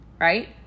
right